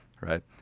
Right